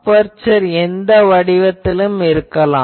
இப்போது அபெர்சர் எந்த வடிவத்திலும் இருக்கலாம்